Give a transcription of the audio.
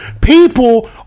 People